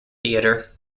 theater